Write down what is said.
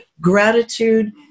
gratitude